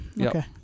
Okay